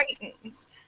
Titans